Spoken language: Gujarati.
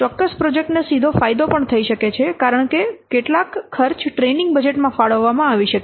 ચોક્કસ પ્રોજેક્ટને સીધો ફાયદો પણ થઈ શકે છે કારણ કે કેટલાક ખર્ચ ટ્રેનિંગ બજેટ માં ફાળવવામાં આવી શકે છે